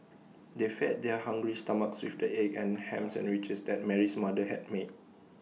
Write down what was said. they fed their hungry stomachs with the egg and Ham Sandwiches that Mary's mother had made